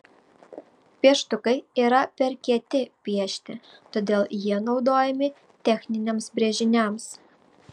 pieštukai yra per kieti piešti todėl jie naudojami techniniams brėžiniams